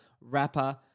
rapper